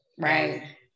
Right